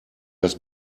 das